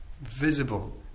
visible